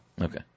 Okay